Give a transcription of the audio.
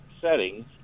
settings